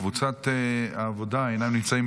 קבוצת העבודה אינם נמצאים